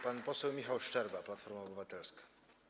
Pan poseł Michał Szczerba, Platforma Obywatelska.